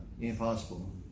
impossible